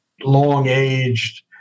long-aged